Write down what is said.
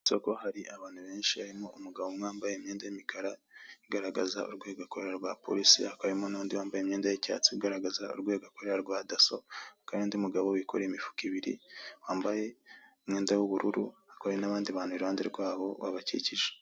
Isoko hari abantu benshi harimo umugabo umwe wambaye imyenda y'umukara igaragaza urwego akorera rwa polisi hakaba hari nundi wambaye imyenda y'icyatsi ugaragaza urwego rw'abadasso hakaba hari nundi mugabo wikoreye imifuka ibiri wambaye umwenda w'ubururu ariko hari nabandi bantu iruhande rwabo babakikije.